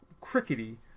crickety